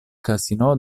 casino